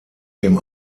dem